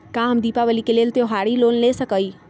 का हम दीपावली के लेल त्योहारी लोन ले सकई?